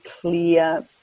clear